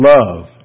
Love